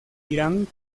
irán